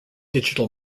digital